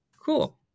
Cool